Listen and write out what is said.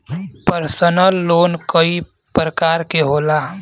personal loan कई परकार के होला